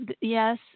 yes